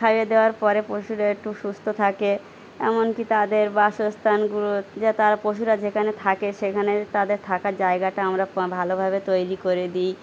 খাইয়ে দেওয়ার পরে পশুরা একটু সুস্থ থাকে এমনকি তাদের বাসস্থানগুলো যে তারা পশুরা যেখানে থাকে সেখানে তাদের থাকার জায়গাটা আমরা ভালোভাবে তৈরি করে দিই